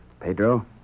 Pedro